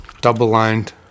Double-lined